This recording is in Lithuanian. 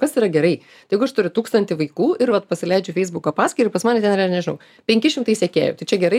kas yra gerai jeigu aš turiu tūkstantį vaikų ir vat pasileidžiu feisbuko paskyrą pas mane ten yra nežinau penki šimtai sekėjų tai čia gerai